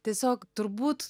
tiesiog turbūt